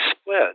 split